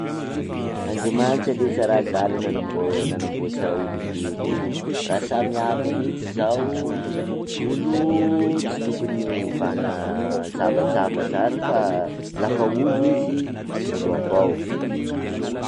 Andriamanitra ley tsa raha adala nanamboa- nanamboatra olombelo io, raha samihafa mihintsy zao, olo tsy tokony hovana zavatr'hafa zany fa la fa olo izy olo avao.